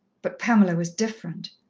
but pamela was different.